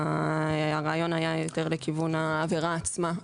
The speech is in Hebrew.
הרעיון היה יותר לכיוון העבירה עצמה,